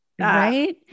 Right